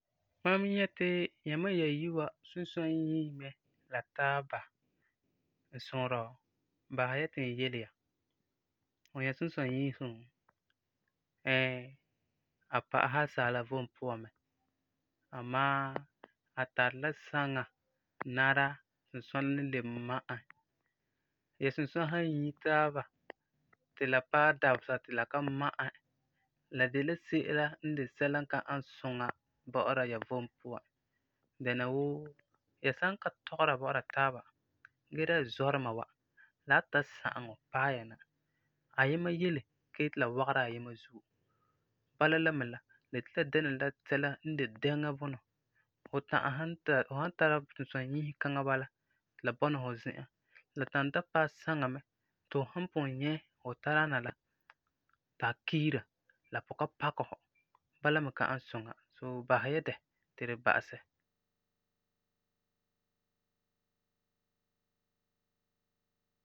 Mam nyɛ ti yãma yayi wa sunsɔa yiie mɛ la taaba. N suure, basɛ ya ti n yele ya, fu nyɛ sunsɔ-yiisum, ɛɛ a pa'asɛ asaala vom puan mɛ amaa a tari la saŋa nara sunsɔa la ni lebe ma'ɛ. Ya sunsɔa san yiie taaba, ti la ta paɛ dabesa ti la ka ma'ɛ, la de la sɛla n de sɛla n ka ani suŋa bɔ'ɔra ya vom puan dɛna wuu ya san ka tɔgera bɔ'ɔra taaba, gee dɛna zɔduma wa, la wan ta sa'am paa nyaŋa, ayima yele ka yeti la wagera ayima zuo, bala la me la, la yeti la dɛna la sɛla n de dɛŋa bunɔ. Fu ta'am, fu san tara sunsɔ-yiisum kaŋa bala, ti la bɔna fu zi'an, la ta'am ta paɛ saŋa mɛ ti fu san pugum nyɛ fu tã daana la ti a kiira la pugum ka pakɛ fu, bala me ka ani suŋa so basɛ ya di ti di ba'asɛ.